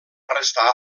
restar